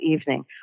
evening